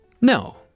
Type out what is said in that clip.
No